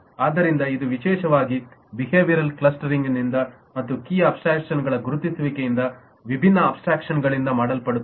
ಆದ್ದರಿಂದ ಇದು ವಿಶೇಷವಾಗಿ ಬಿಹೇವ್ಯರಲ್ ಕ್ಲಸ್ಟರಿಂಗ್ ನಿಂದ ಮತ್ತು ಕೀ ಅಬ್ಸ್ಟ್ರಾಕ್ಷನ್ ಗಳ ಗುರುತಿಸುವಿಕೆಯಿಂದ ವಿಭಿನ್ನ ಅಬ್ಸ್ಟ್ರಾಕ್ಷನ್ಗಳಿಂದ ಮಾಡಲ್ಪಡುತ್ತದೆ